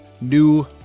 new